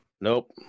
Nope